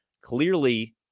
clearly